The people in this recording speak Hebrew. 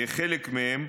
חלק מהם: